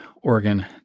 Oregon